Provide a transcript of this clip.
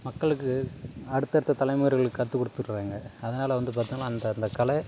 மக்களுக்கு அடுத்தடுத்த தலைமுறைகளுக்குக் கற்றுக் கொடுத்துடுறாங்க அதனால் வந்து பார்த்தோம்னா அந்தந்தக் கலை